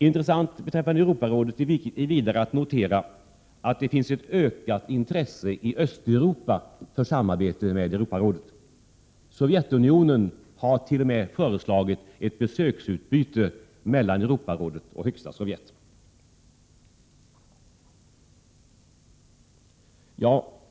Intressant beträffande Europarådet är vidare att notera att det finns ett ökat intresse i Östeuropa för samarbete med Europarådet. Sovjetunionen har t.o.m. föreslagit ett besöksutbyte mellan Europarådet och Högsta Sovjet.